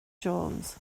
jones